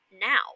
now